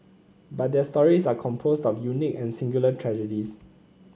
but their stories are composed of unique and singular tragedies